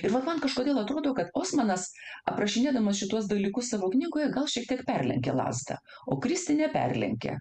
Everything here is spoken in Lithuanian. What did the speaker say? ir vat man kažkodėl atrodo kad osmanas aprašinėdamas šituos dalykus savo knygoje gal šiek tiek perlenkė lazdą o kristi neperlenkė